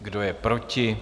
Kdo je proti?